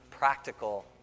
practical